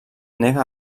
nega